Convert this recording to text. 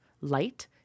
light